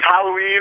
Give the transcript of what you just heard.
Halloween